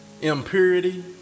impurity